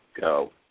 go